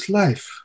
life